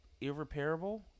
irreparable